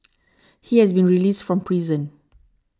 he has been released from prison